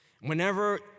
whenever